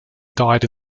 died